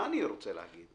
מה אני רוצה להגיד?